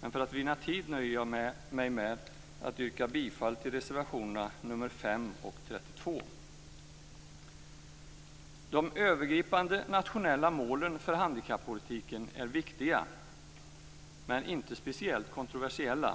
men för att vinna tid nöjer jag mig med att yrka bifall till reservationerna nr 5 och 32. De övergripande nationella målen för handikappolitiken är viktiga men inte speciellt kontroversiella.